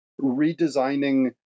redesigning